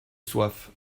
soif